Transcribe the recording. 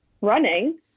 running